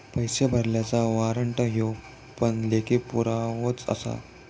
पैशे भरलल्याचा वाॅरंट ह्यो पण लेखी पुरावोच आसा